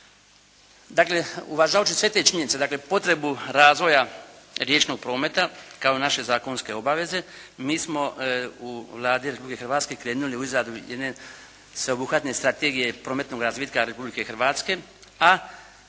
Dakle, uvažavajući sve te činjenice, dakle, potrebu razvoja riječnog prometa kao i naše zakonske obaveze mi smo u Vladi Republike Hrvatske krenuli u izradu jedne sveobuhvatne strategije prometnog razvitka Republike Hrvatske a